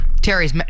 terry's